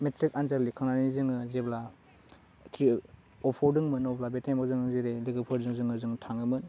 matric आन्जाद लिरखांनानै जोङो जेब्ला के अपआव दंमोन अब्ला बे टाइमाव जों जेरै लोगोफोरजों जोङो जों थाङोमोन